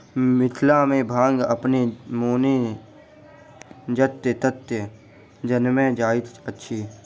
मिथिला मे भांग अपने मोने जतय ततय जनैम जाइत अछि